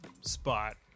spot